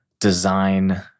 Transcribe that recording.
design